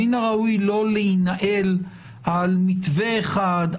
מן הראוי לא להינעל על מתווה אחד,